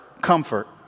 comfort